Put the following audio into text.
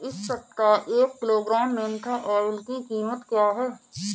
इस सप्ताह एक किलोग्राम मेन्था ऑइल की कीमत क्या है?